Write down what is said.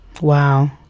Wow